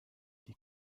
die